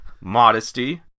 Modesty